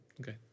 Okay